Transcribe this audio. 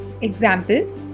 example